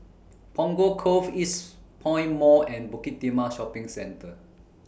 Punggol Cove Eastpoint Mall and Bukit Timah Shopping Centre